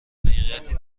حقیقتی